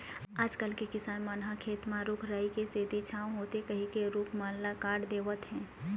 आजकल के किसान मन ह खेत म रूख राई के सेती छांव होथे कहिके रूख मन ल काट देवत हें